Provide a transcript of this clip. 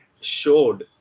showed